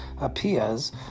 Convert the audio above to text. appears